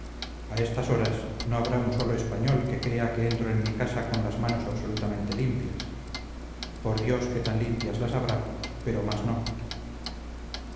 a estas horas no habrá un solo español que crea que entro en mi casa con las manos absolutamente limpias por dios que tan limpias las habrá pero más no